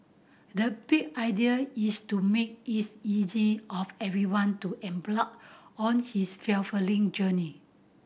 the big idea is to make is easy of everyone to on his fulfilling journey